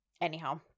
anyhow